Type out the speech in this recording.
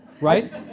Right